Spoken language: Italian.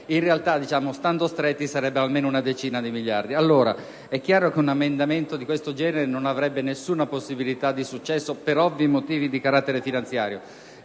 in realtà, stando stretti, si tratterebbe almeno di una decina. Allora, è chiaro che un emendamento di questo genere non avrebbe nessuna possibilità di successo per ovvi motivi di carattere finanziario.